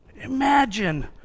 Imagine